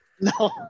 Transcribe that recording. No